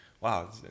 Wow